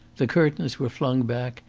the curtains were flung back,